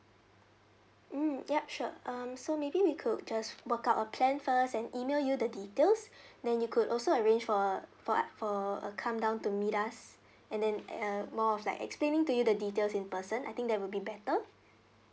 mm ya sure um so maybe we could just work out a plan first and email you the details then you could also arrange for a for uh for a come down to meet us and then uh more of like explaining to you the details in person I think that will be better